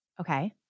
Okay